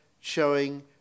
showing